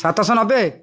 ସାତଶହ ନବେ